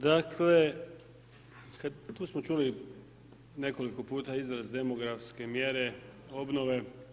Dakle tu smo čuli nekoliko puta izraz demografske mjere, obnove.